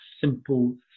simple